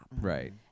right